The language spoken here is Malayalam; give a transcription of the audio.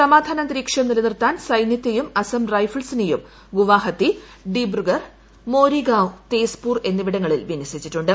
സമാധാന അന്തരീക്ഷം നിലനിർത്താൻ സൈന്യത്തെയും അസം റൈഫിൾസിനെയും ഗുവാഹത്തി ഡിബ്രുഗർഹ് മോരിഗാവ് തേസ്പൂർ എന്നിവിടങ്ങളിൽ വിന്യസിച്ചിട്ടുണ്ട്